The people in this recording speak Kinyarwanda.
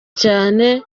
cyane